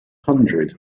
hundred